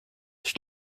ich